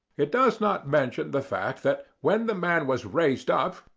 it does not mention the fact that when the man was raised up,